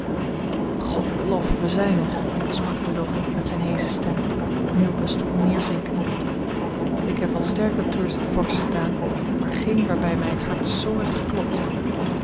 god lof we zijn er sprak rudolf met zijn heesche stem nu op een stoel neerzinkende ik heb wel sterker tours de force gedaan maar geen waarbij mij het hart zoo heeft geklopt